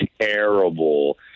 terrible